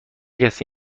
کسی